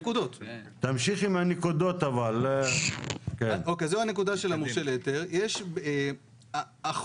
אני חוזר לנקודה של המורשה להיתר: החוק,